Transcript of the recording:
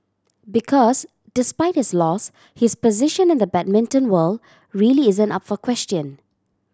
because despite his loss his position in the badminton world really isn't up for question